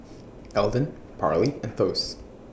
Elden Parley and Thos